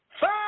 five